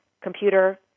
computer